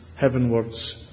heavenwards